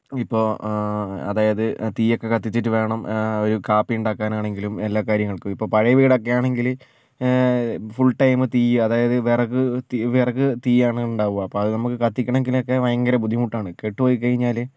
ഇപ്പോൾ അതായത് തീയോക്കെ കത്തിച്ചിട്ട് വേണം ഒരു കാപ്പി ഉണ്ടാക്കാനാണെങ്കിലും എല്ലാ കാര്യങ്ങൾക്കും ഇപ്പോൾ പഴയ വീടൊക്കെ ആണെങ്കിൽ ഫുൾ ടൈം തീയ് അതായത് വിറക് തീ വിറക് തീയാണ് ഉണ്ടാവുക അപ്പോൾ അത് നമുക്ക് കത്തിക്കണമെങ്കിലൊക്കെ ഭയങ്കര ബുദ്ധിമുട്ടാണ് കെട്ടുപ്പോയിക്കഴിഞ്ഞാൽ